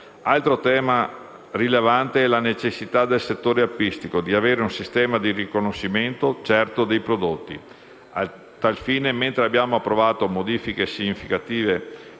Altro tema rilevante, è la necessità del settore apistico di avere un sistema di riconoscimento certo dei prodotti. A tal fine, mentre abbiamo approvato modifiche significative